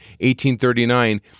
1839